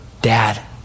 dad